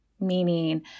meaning